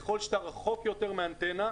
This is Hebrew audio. ככל שאתה רחוק יותר מאנטנה,